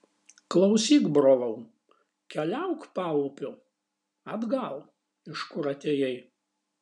klausyk brolau keliauk paupiu atgal iš kur atėjai